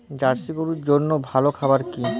Jersey গরুর জন্য ভালো খাবার কি হবে?